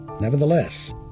Nevertheless